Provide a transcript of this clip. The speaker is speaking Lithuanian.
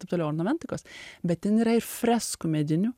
taip toliau ornamentikos bet ten yra ir freskų medinių